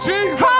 Jesus